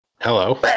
hello